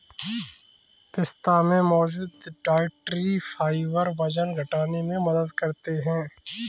पिस्ता में मौजूद डायट्री फाइबर वजन घटाने में मदद करते है